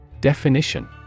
Definition